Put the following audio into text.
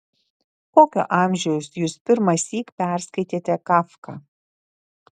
kokio amžiaus jūs pirmąsyk perskaitėte kafką